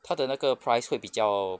他的那个 price 会比较